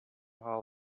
how